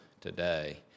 today